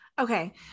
Okay